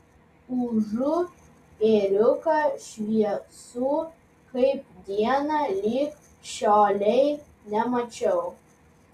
užu ėriuką šviesų kaip diena lig šiolei nemačiau